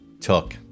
took